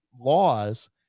laws